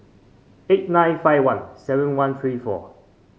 eight nine five one seven one three four